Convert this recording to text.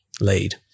lead